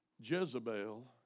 Jezebel